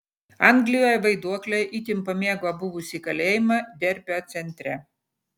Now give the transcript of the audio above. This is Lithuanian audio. anglijoje vaiduokliai itin pamėgo buvusį kalėjimą derbio centre